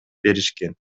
беришкен